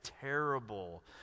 terrible